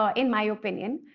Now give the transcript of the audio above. ah in my opinion.